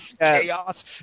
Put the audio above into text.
chaos